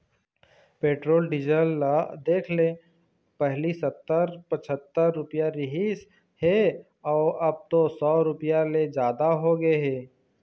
petrol diesel ल देखले पहिली सत्तर, पछत्तर रूपिया रिहिस हे अउ अब तो सौ रूपिया ले जादा होगे हे